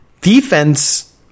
defense